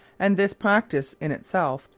and this practice, in itself,